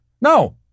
No